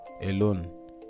Alone